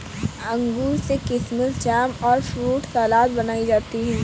अंगूर से किशमिस जैम और फ्रूट सलाद बनाई जाती है